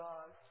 God